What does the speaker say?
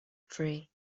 free